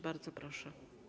Bardzo proszę.